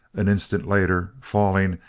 an instant later, falling,